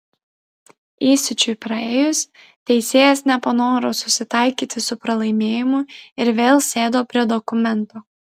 įsiūčiui praėjus teisėjas nepanoro susitaikyti su pralaimėjimu ir vėl sėdo prie dokumento